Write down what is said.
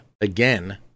again